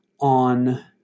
on